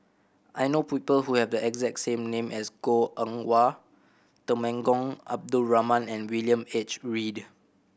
I know people who have the exact same name as Goh Eng Wah Temenggong Abdul Rahman and William H Read